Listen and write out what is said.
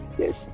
Yes